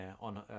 on